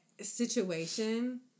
situation